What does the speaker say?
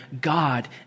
God